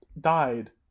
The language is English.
died